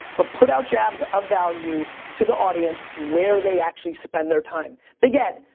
but put out jabs of value to the audience where they actually spend their time. big ed,